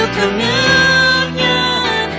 communion